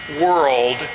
world